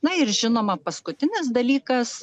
na ir žinoma paskutinis dalykas